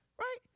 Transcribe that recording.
right